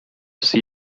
see